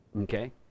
Okay